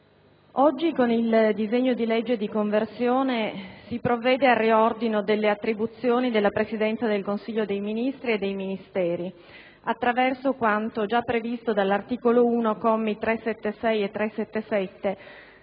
oggi, con il disegno di legge di conversione, si provvede al riordino delle attribuzioni della Presidenza del Consiglio dei ministri e dei Ministeri attraverso quanto già previsto dall'articolo 1, commi 376 e 377,